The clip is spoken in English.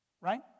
Right